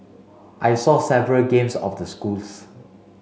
I saw several games of the schools